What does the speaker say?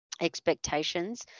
expectations